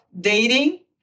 dating